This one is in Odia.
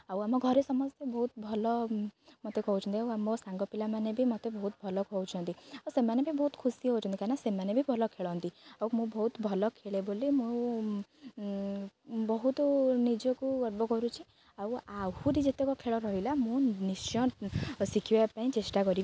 ଆଉ ଆମ ଘରେ ସମସ୍ତେ ବହୁତ ଭଲ ମୋତେ କହୁଛନ୍ତି ଆଉ ମୋ ସାଙ୍ଗ ପିଲାମାନେ ବି ମୋତେ ବହୁତ ଭଲ କହୁଛନ୍ତି ଆଉ ସେମାନେ ବି ବହୁତ ଖୁସି ହଉଛନ୍ତି କାଇଁନା ସେମାନେ ବି ଭଲ ଖେଳନ୍ତି ଆଉ ମୁଁ ବହୁତ ଭଲ ଖେଳେ ବୋଲି ମୁଁ ବହୁତୁ ନିଜକୁ ଗର୍ବ କରୁଛି ଆଉ ଆହୁରି ଯେତେକ ଖେଳ ରହିଲା ମୁଁ ନିଶ୍ଚୟ ଶିଖିବା ପାଇଁ ଚେଷ୍ଟା କରିବି